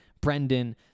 Brendan